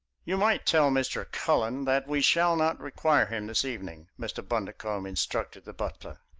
you might tell mr. cullen that we shall not require him this evening, mr. bundercombe instructed the butler.